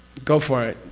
go for it!